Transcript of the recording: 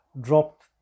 dropped